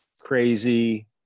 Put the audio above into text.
crazy